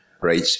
right